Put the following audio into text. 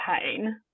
pain